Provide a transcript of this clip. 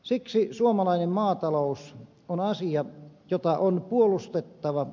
siksi suomalainen maatalous on asia jota on puolustettava